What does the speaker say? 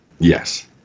Yes